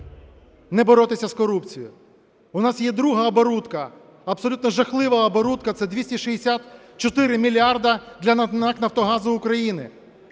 не боротися з корупцією. У нас є друга оборудка, абсолютно жахлива оборудка – це 264 мільярди для НАК "Нафтогазу України",